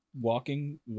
walking